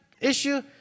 issue